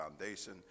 Foundation